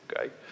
Okay